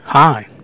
Hi